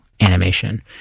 animation